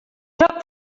joc